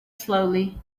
slowly